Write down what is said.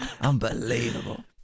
Unbelievable